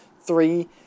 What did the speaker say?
three